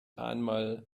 einmal